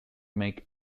make